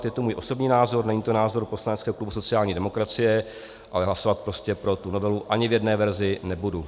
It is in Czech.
Je to můj osobní názor, není to názor poslaneckého klubu sociální demokracie, ale hlasovat prostě pro tu novelu ani v jedné verzi nebudu.